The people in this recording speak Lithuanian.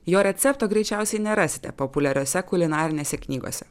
jo recepto greičiausiai nerasite populiariose kulinarinėse knygose